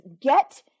Get